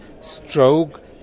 stroke